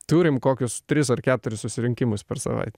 turim kokius tris ar keturis susirinkimus per savaitę